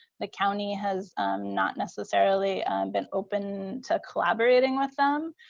the county has not necessarily been open to collaborating with them.